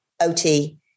OT